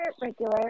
regular